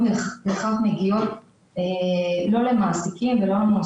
הוועדה תבקש מכל השחקנים בדיון הנוכחי לדווח כמה הכשרות